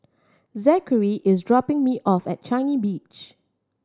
Zackary is dropping me off at Changi Beach